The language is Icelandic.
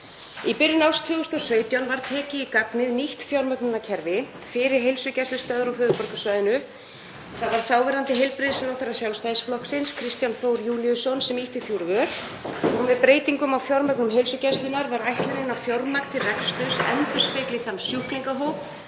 Í byrjun árs 2017 var tekið í gagnið nýtt fjármögnunarkerfi fyrir heilsugæslustöðvar á höfuðborgarsvæðinu og það var þáverandi heilbrigðisráðherra Sjálfstæðisflokksins, Kristján Þór Júlíusson, sem ýtti því úr vör. Með breytingum á fjármögnun heilsugæslunnar var ætlunin að fjármagn til reksturs endurspeglaði þann sjúklingahóp